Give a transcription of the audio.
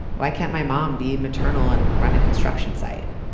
why can't my mom be maternal and run a construction site?